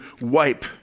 wipe